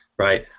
right?